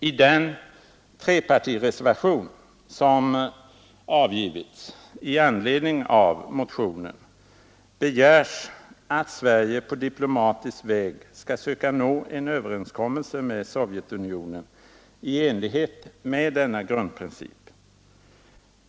I den trepartireservation som avgivits i anledning av motionen begärs att Sverige på diplomatisk väg skall söka nå en överenskommelse med Sovjetunionen i enlighet med denna grundprincip.